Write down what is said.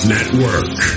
Network